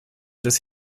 des